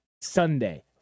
Sunday